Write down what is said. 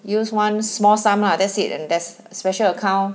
use one small sum ah that's it and that's special account